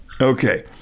Okay